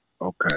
okay